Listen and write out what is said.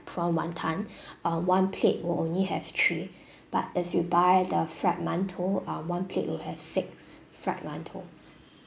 prawn wonton um one plate will only have three but if you buy the fried mantou uh one plate will have six fried mantous